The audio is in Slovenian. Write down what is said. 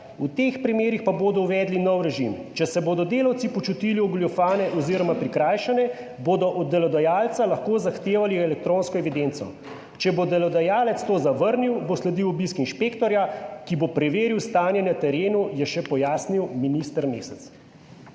V teh primerih pa bodo uvedli nov režim. Če se bodo delavci počutili ogoljufane, oz. prikrajšane, bodo od delodajalca lahko zahtevali elektronsko evidenco. Če bo delodajalec to zavrnil, bo sledil obisk inšpektorja, ki bo preveril stanje na terenu, je še pojasnil minister Mesec.